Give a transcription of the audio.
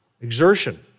exertion